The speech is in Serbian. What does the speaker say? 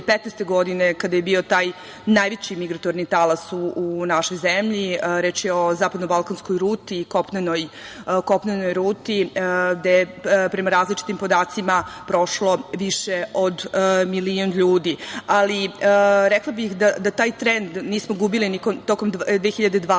2015. godine kada je bio taj najveći migratorni talas u našoj zemlji. Reč je o zapadno-balkanskoj ruti, kopnenoj ruti gde prema različitim podacima prošlo više od milion ljudi, ali rekla bih da taj trend nismo gubili ni tokom 2020.